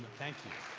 thank you.